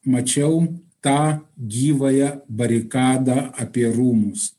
mačiau tą gyvąją barikadą apie rūmus